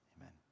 Amen